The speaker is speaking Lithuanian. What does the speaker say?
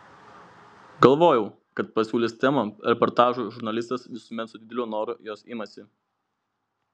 galvojau kad pasiūlius temą reportažui žurnalistas visuomet su dideliu noru jos imasi